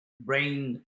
brain